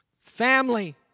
family